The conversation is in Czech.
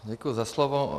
Děkuji za slovo.